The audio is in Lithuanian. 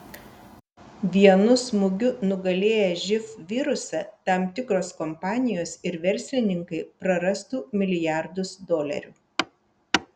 vienu smūgiu nugalėję živ virusą tam tikros kompanijos ir verslininkai prarastų milijardus dolerių